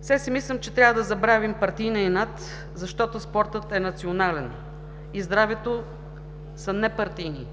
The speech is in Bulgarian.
Все си мислим, че трябва да забравим партийния инат, защото спортът е национален и здравето са непартийни.